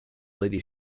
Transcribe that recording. lady